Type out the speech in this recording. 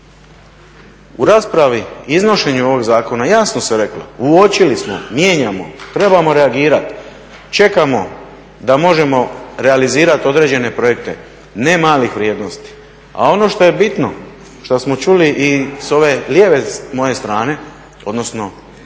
U raspravi, iznošenju ovog zakona jasno se reklo, uočili smo, mijenjamo, trebamo reagirati, čekamo da možemo realizirati određene projekte ne malih vrijednosti. A ono što je bitno, što smo čuli i sa ove lijeve moje strane, odnosno